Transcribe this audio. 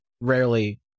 rarely